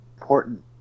important